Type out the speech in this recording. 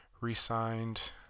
re-signed